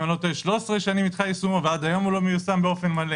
אם אני לא טועה 13 שנים נדחה יישומו ועד היום הוא לא מיושם באופן מלא.